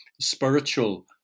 spiritual